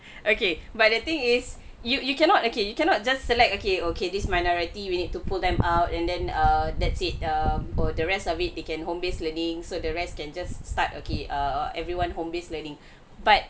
okay but the thing is you you cannot okay you cannot just select okay okay this minority we need to pull them out and then err that's it err the rest of it they can home base learning so the rest can just start okay err everyone home based learning but